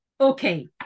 Okay